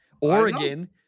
Oregon